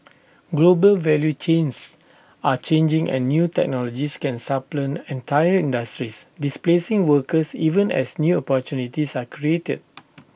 global value chains are changing and new technologies can supplant entire industries displacing workers even as new opportunities are created